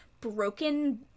broken